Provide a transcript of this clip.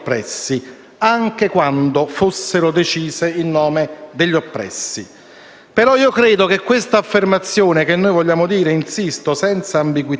Nella coalizione delle forze d'opposizione ci sono forze realmente democratiche, ma ce ne sono anche altre che cavalcano il malcontento